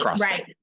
Right